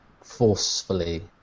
forcefully